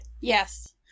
Yes